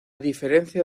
diferencia